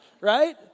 right